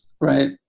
Right